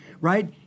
right